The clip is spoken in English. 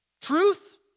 Truth